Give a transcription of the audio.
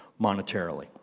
monetarily